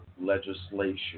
legislation